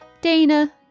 Dana